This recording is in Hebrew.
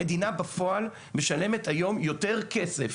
המדינה בפועל משלמת היום יותר כסף.